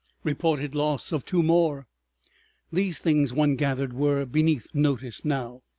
reported loss of two more these things, one gathered, were beneath notice now.